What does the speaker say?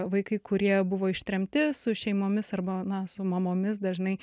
vaikai kurie buvo ištremti su šeimomis arba na su mamomis dažnai